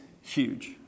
huge